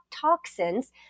toxins